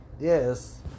Yes